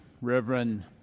Reverend